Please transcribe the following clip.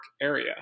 area